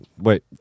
Wait